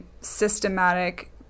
systematic